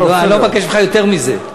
אני לא מבקש ממך יותר מזה.